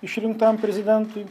išrinktam prezidentui